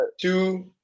two –